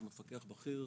שהוא מפקח בכיר,